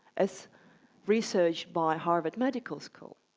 as research by harvard medical school.